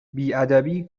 بیادبی